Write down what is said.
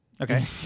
Okay